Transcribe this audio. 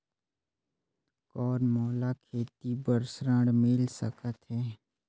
कौन मोला खेती बर ऋण मिल सकत है?